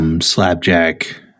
Slapjack